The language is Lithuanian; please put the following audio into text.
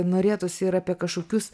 norėtųsi ir apie kažkokius